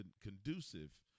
conducive